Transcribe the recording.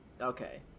Okay